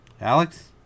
Alex